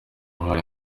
uruhare